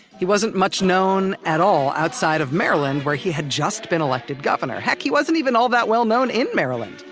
he wasn't much known at all outside of maryland where he had just been elected governor. heck, he wasn't even all that well known in maryland!